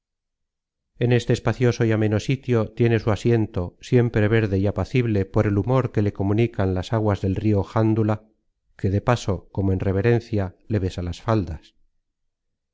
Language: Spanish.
en este espacioso y ameno sitio tiene su asiento siempre verde y apacible por el humor que le comunican las aguas del rio jandula que de paso como en reverencia le besa las faldas